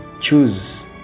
Choose